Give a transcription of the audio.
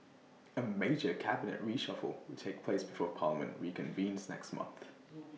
A major cabinet reshuffle will take place before parliament reconvenes next month